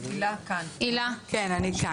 כן אני כאן.